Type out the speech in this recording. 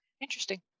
Interesting